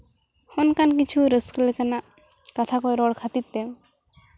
ᱚᱱᱠᱟᱱ ᱠᱤᱪᱷᱩ ᱨᱟᱹᱥᱠᱟᱹ ᱞᱮᱠᱟᱱᱟᱜ ᱠᱟᱛᱷᱟ ᱠᱚᱭ ᱨᱚᱲ ᱠᱷᱟᱹᱛᱤᱨ ᱛᱮ